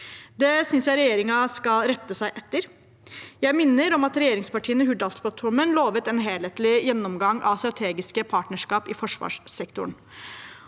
Det synes jeg regjeringen skal rette seg etter. Jeg minner om at regjeringspartiene i Hurdalsplattformen lovet en helhetlig gjennomgang av strategiske partnerskap i forsvarssektoren.